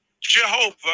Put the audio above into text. Jehovah